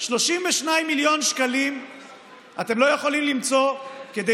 32 מיליון שקלים אתם לא יכולים למצוא כדי